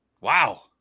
Wow